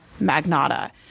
Magnata